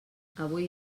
avui